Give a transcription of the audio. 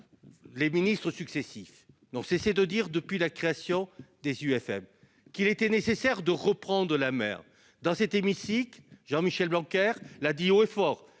les ministres successifs n'ont cessé de dire, depuis la création des IUFM, qu'il leur fallait reprendre la main. Dans cet hémicycle, Jean-Michel Blanquer l'a dit haut et fort